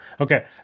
Okay